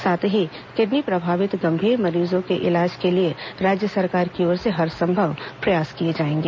साथ ही किडनी प्रभावित गंभीर मरीजों के इलाज के लिए राज्य सरकार की ओर से हरसंभव प्रयास किए जाएंगे